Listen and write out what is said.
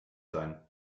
sein